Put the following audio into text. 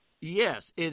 Yes